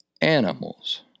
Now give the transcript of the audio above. Animals